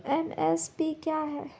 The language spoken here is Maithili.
एम.एस.पी क्या है?